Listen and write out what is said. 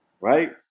right